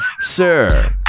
Sir